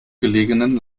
gelegenen